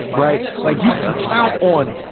right. like you could count on,